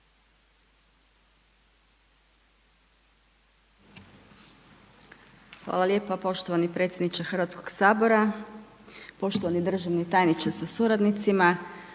Hvala lijepo poštovani predsjedniče HS-a, poštovani državni tajniče sa suradnicima.